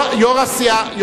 יושב-ראש הסיעה חתם?